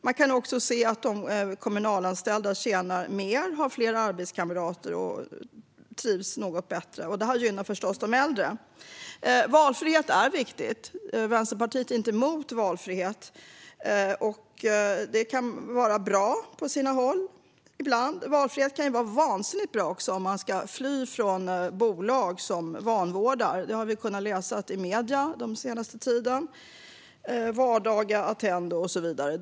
Man kan också se att de kommunalanställda tjänar mer, har fler arbetskamrater och trivs något bättre, vilket förstås gynnar de äldre. Valfrihet är viktigt. Vänsterpartiet är inte emot valfrihet. Det kan vara bra ibland på sina håll. Valfrihet kan även vara vansinnigt bra om man ska fly från bolag som vanvårdar. Det har vi kunnat läsa om Vardaga, Attendo och så vidare i medierna den senaste tiden.